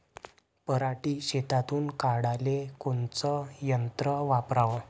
पराटी शेतातुन काढाले कोनचं यंत्र वापराव?